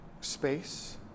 space